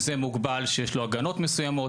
זה מוגבל שיש לו הגנות מסוימות.